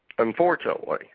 Unfortunately